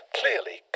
clearly